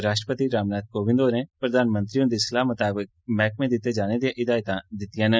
राष्ट्रपति रामनाथ कोविंद होरें प्रधानमंत्री हुंदी सलाह् मताबक मैह्कमे दित्ते जाने दिआं हिदायतां दित्तिआं न